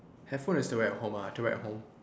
headphone is to wear at home ah to wear at home